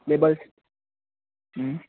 levels